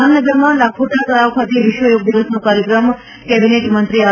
જામનગરમાં લાખોટા તળાવ ખાતે વિશ્વ યોગ દિવસનો કાર્યક્રમ કેબિનેટ મંત્રી આર